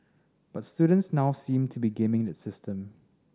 but students now seem to be gaming the system